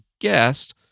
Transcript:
guest